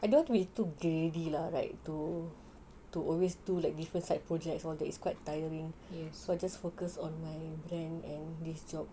I don't want to be too greedy lah like to always do like different side projects is quite tiring yes so I just focus on my plan and this job